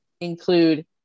include